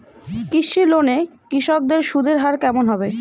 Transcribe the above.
কৃষি লোন এ কৃষকদের সুদের হার কেমন হবে?